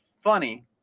funny